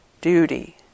Duty